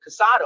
Casado